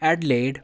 Adelaide